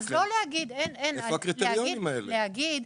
איפה הקריטריונים האלה?